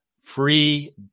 free